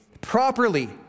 properly